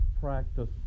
practice